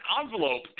envelope